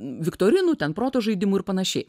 viktorinų ten proto žaidimų ir panašiai